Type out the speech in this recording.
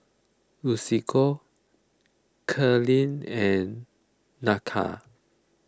Lucio Kathleen and Nakia